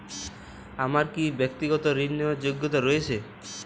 আমার কী ব্যাক্তিগত ঋণ নেওয়ার যোগ্যতা রয়েছে?